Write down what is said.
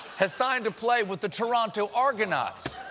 has signed to play with the toronto argonauts.